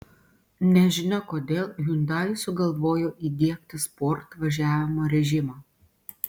nežinia kodėl hyundai sugalvojo įdiegti sport važiavimo režimą